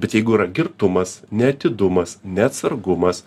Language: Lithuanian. bet jeigu yra girtumas neatidumas neatsargumas